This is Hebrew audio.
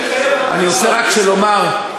אני רוצה רק לומר,